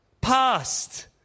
Past